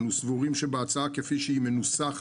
אנו סבורים שבהצעה, כפי שהיא מנוסחת,